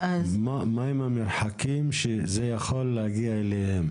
מהם המרחקים שזה יכול להגיע אליהם?